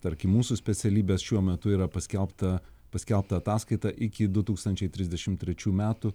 tarkim mūsų specialybės šiuo metu yra paskelbta paskelbta ataskaita iki du tūkstančiai trisdešim trečių metų